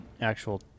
actual